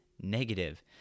negative